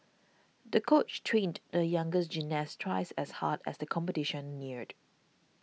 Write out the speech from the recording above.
the coach trained the younger gymnast twice as hard as the competition neared